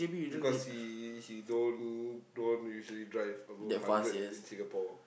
because he he don't don't usually drive above hundred in Singapore